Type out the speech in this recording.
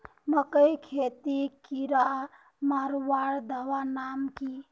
मकई खेतीत कीड़ा मारवार दवा नाम की?